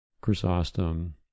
Chrysostom